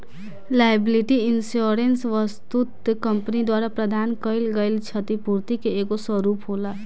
liability insurance वस्तुतः company द्वारा प्रदान कईल गईल छतिपूर्ति के एगो स्वरूप होला